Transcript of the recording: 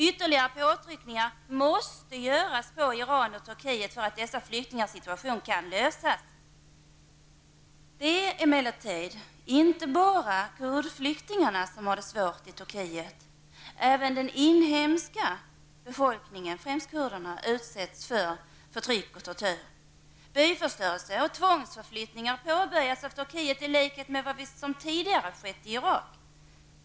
Ytterligare påtryckningar måste göras vad gäller Iran och Turkiet för att få till stånd en lösning i fråga om dessa flyktingars situation. Det är emellertid inte bara kurdflyktingar som har det svårt i Turkiet. Även den inhemska befolkningen, och då främst kurder, utsätts för förtryck och tortyr. Förstörelse av byar och tvångsförflyttningar har påbörjats från Turkiets sida, i likhet med vad som tidigare har skett i Irak.